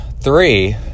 three